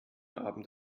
abend